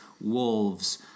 wolves